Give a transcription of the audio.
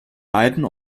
beiden